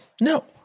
No